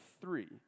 three